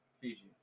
Fiji